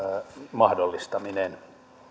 mahdollistaminen